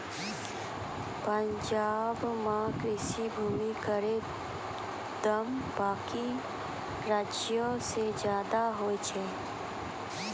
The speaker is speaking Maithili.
पंजाब म कृषि भूमि केरो दाम बाकी राज्यो सें जादे होय छै